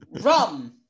rum